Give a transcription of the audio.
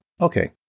Okay